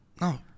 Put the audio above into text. no